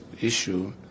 issue